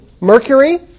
Mercury